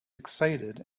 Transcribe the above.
excited